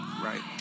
right